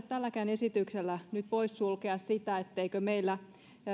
tälläkään esityksellä nyt poissulkea sitä etteikö meillä